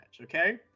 okay